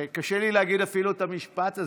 קשה לי אפילו להגיד את המשפט הזה,